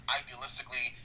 idealistically